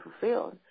fulfilled